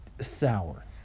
sour